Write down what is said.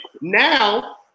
now